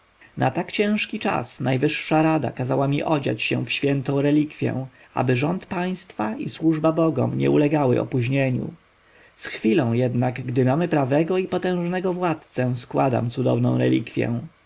na tak ciężki czas najwyższa rada kazała mi odziać się w świętą relikwję aby rząd państwa i służba bogom nie ulegały opóźnieniu z chwilą jednak gdy mamy prawego i potężnego władcę składam cudowną relikwję